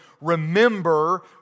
remember